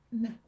No